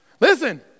listen